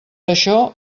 això